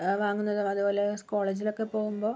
വാങ്ങുന്നതും അതുപോലെ കോളേജിലൊക്കെ പോകുമ്പോൾ